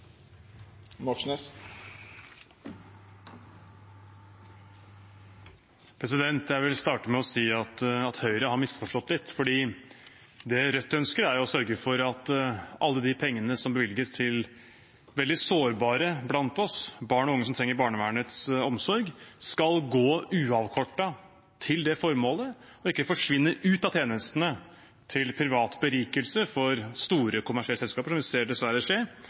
Jeg vil starte med å si at Høyre har misforstått litt, for det Rødt ønsker, er å sørge for at alle de pengene som bevilges til de veldig sårbare blant oss – barn og unge som trenger barnevernets omsorg – skal gå uavkortet til det formålet og ikke forsvinne ut av tjenestene til privat berikelse for store, kommersielle selskaper, noe vi dessverre ser skje